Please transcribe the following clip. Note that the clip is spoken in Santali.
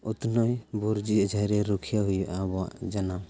ᱩᱛᱷᱱᱟᱹᱣ ᱵᱩᱨᱡᱤᱭᱟᱜ ᱡᱷᱟᱹᱨᱤᱭᱟᱹ ᱨᱩᱠᱷᱭᱟᱹᱣ ᱦᱩᱭᱩᱜᱼᱟ ᱟᱵᱚᱣᱟᱜ ᱡᱟᱱᱟᱢ